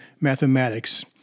mathematics